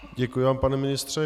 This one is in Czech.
Děkuji vám, pane ministře.